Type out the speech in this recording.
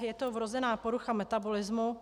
Je to vrozená porucha metabolismu.